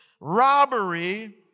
robbery